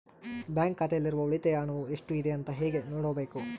Bank ಖಾತೆಯಲ್ಲಿರುವ ಉಳಿತಾಯ ಹಣವು ಎಷ್ಟುಇದೆ ಅಂತ ಹೇಗೆ ನೋಡಬೇಕು?